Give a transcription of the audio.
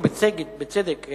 ובצדק,